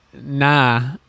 nah